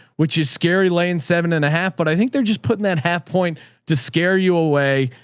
which is scary lane seven and a half. but i think they're just putting that half point to scare you away.